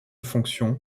fonction